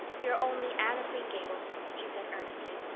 you're only anne of green gables, she said earnestly,